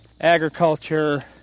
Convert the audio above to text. agriculture